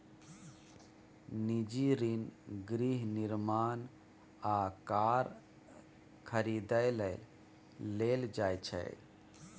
निजी ऋण गृह निर्माण आ कार खरीदै लेल लेल जाइ छै